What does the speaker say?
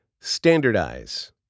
Standardize